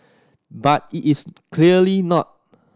but it is clearly not